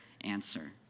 answer